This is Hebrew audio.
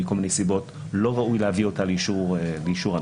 מכל מיני סיבות לא ראוי להביא אותה לאישור הנושים.